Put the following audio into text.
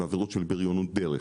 בעבירות של בריונות דרך,